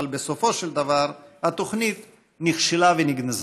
אבל בסופו של דבר התוכנית נכשלה ונגנזה.